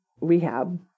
rehab